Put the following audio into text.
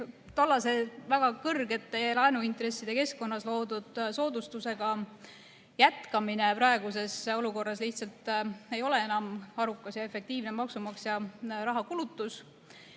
tollases väga kõrgete laenuintresside keskkonnas loodud soodustusega jätkamine praeguses olukorras lihtsalt ei ole enam arukas ja efektiivne maksumaksja raha kulutus.